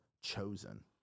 chosen